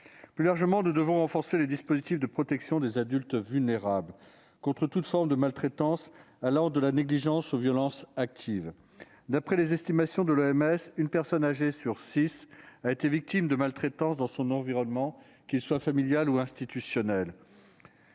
Plus largement, nous devons renforcer les dispositifs de protection des adultes vulnérables contre toute forme de maltraitance, allant de la négligence aux violences actives. D'après les estimations de l'Organisation mondiale de la santé (OMS), une personne âgée sur six a été victime de maltraitance dans son environnement, qu'il soit familial ou institutionnel.